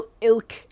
ilk